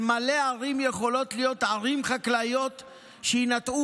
ומלא ערים יכולות להיות ערים חקלאיות שיינטעו